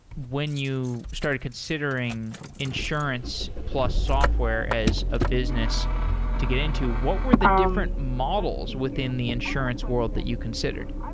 when you started considering insurance plus software as a business to get into, what were the different models within the insurance world that you considered?